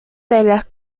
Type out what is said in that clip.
telas